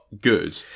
good